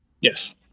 Yes